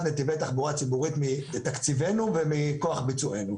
נתיבי תחבורה ציבורית מתקציבנו ומכוח ביצוענו.